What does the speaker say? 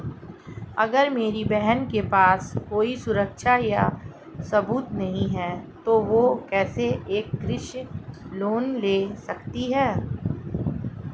अगर मेरी बहन के पास कोई सुरक्षा या सबूत नहीं है, तो वह कैसे एक कृषि लोन ले सकती है?